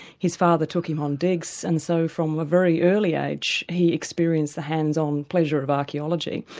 his father took him on digs, and so from a very early age, he experienced the hands-on pleasure of archaeology.